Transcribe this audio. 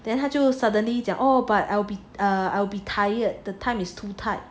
then 他就 suddenly 讲 oh I'll be tired the time is too tight